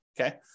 Okay